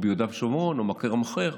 ביהודה שומרון או במקום אחר,